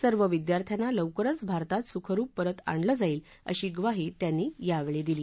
सर्व विद्यार्थ्यांना लवकरच भारतात सुखरुप परत आणलं जाईल अशी म्वाही त्यांनी यावेळी दिली